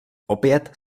opět